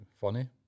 Funny